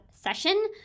session